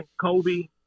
Kobe